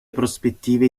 prospettive